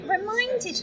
reminded